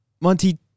Monty